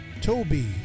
Toby